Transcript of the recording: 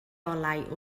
olau